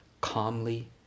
calmly